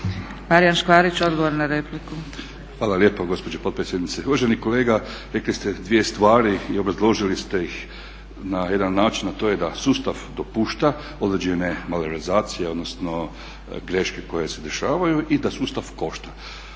**Škvarić, Marijan (HNS)** Hvala lijepa gospođo potpredsjednice. Uvaženi kolega, rekli ste dvije stvari i obrazložili ste ih na jedan način, a to je da sustav dopušta određene malverzacije, odnosno greške koje se dešavaju i da sustav košta.